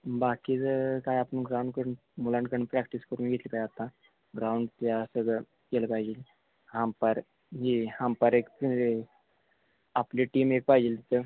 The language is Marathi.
बाकीचं काय आपण ग्राउंडकडून मुलांकडून प्रॅक्टिस करून घेतली पाहिजे आत्ता ग्राउंडचे असं केलं पाहिजेल हांपायर ही हांपायर एक आपली टीम एक पाहिजेल तिथं